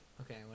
Okay